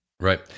Right